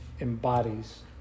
embodies